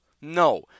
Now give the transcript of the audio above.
No